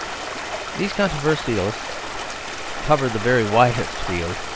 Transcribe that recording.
these controversialists cover the very widest field,